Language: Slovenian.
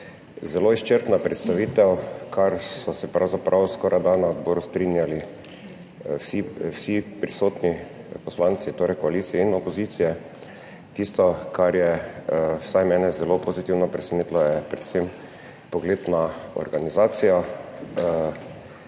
zelo izčrpna predstavitev, kar so se pravzaprav skorajda na odboru strinjali vsi prisotni poslanci, torej koalicije in opozicije. Tisto, kar je vsaj mene zelo pozitivno presenetilo, je predvsem pogled na organizacijo,